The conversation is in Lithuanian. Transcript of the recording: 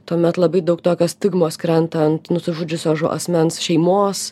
tuomet labai daug tokios stigmos krenta ant nusižudžiusio asmens šeimos